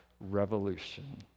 revolution